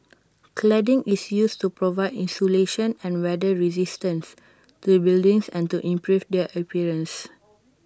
cladding is used to provide insulation and weather resistance to buildings and to improve their appearance